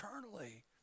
eternally